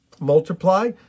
Multiply